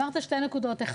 אמרת שתי נקודות: א',